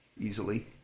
easily